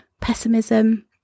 pessimism